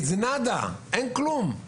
אבל נדה, אין כלום.